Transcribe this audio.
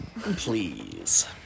Please